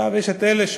יש אלה,